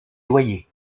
loyers